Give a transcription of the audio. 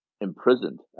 imprisoned